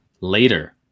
later